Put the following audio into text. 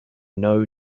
know